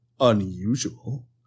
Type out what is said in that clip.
unusual